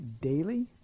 daily